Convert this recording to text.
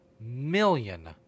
million